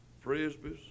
Frisbee's